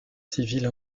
civile